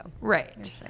Right